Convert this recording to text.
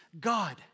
God